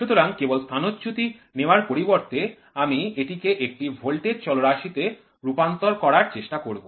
সুতরাং কেবল স্থানচ্যুতি নেওয়ার পরিবর্তে আমি এটিকে একটি ভোল্টেজ চলরাশিতে রূপান্তর করার চেষ্টা করব